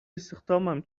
استخدامم